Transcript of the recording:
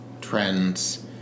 trends